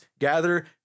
gather